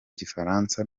gifaransa